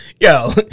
yo